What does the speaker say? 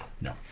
No